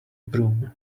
broom